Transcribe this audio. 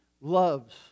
loves